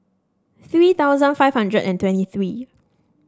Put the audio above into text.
three thousand five hundred and twenty three